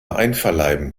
einverleiben